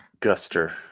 Guster